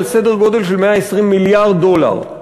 על סדר-גודל של 120 מיליארד דולר.